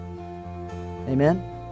Amen